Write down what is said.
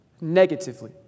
negatively